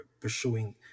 pursuing